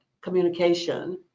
communication